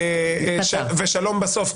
ושלום בסוף,